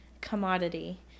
commodity